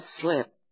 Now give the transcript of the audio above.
slip